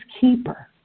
keeper